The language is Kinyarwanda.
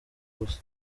gusa